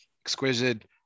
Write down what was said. exquisite